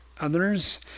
others